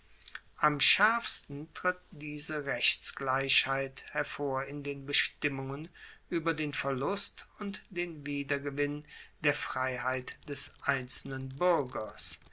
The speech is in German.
am schaerfsten tritt diese rechtsgleichheit hervor in den bestimmungen ueber den verlust und den wiedergewinn der freiheit des einzelnen buergers